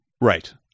Right